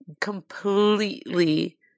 completely